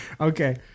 Okay